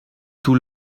tout